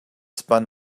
spun